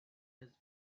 his